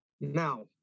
Now